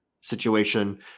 situation